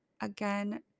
again